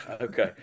Okay